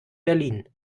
berlin